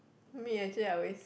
me actually I always